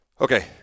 okay